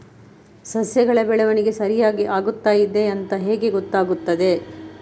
ಸಸ್ಯಗಳ ಬೆಳವಣಿಗೆ ಸರಿಯಾಗಿ ಆಗುತ್ತಾ ಇದೆ ಅಂತ ಹೇಗೆ ಗೊತ್ತಾಗುತ್ತದೆ?